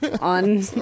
on